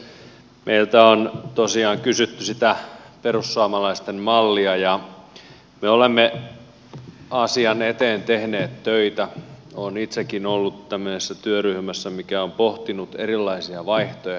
meiltä on tosiaan kysytty sitä perussuomalaisten mallia ja me olemme asian eteen tehneet töitä olen itsekin ollut tämmöisessä työryhmässä mikä on pohtinut erilaisia vaihtoehtoja